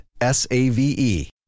S-A-V-E